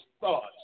thoughts